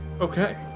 Okay